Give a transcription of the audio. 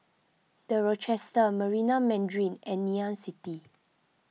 the Rochester Marina Mandarin and Ngee Ann City